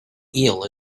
eel